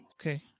Okay